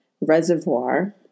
reservoir